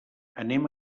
anem